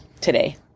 today